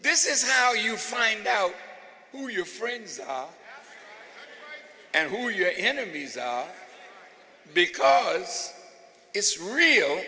this is how you find out who your friends are and who your enemies are because it's real